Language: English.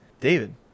David